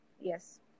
Yes